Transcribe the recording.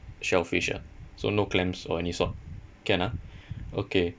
shellfish ah so no clams or any sort can ah okay